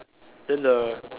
then the